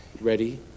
ready